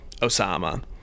Osama